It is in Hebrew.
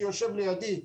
שיושב לידי,